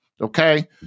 Okay